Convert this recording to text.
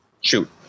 shoot